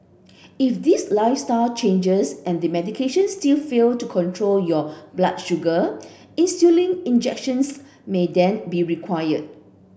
if these lifestyle changes and the medication still fail to control your blood sugar insulin injections may then be required